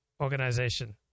organization